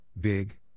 big